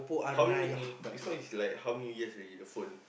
how many how this one is like how many years already the phone